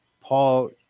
Paul